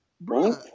Bro